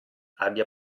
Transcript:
abbia